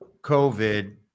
COVID